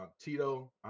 Tito